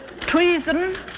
Treason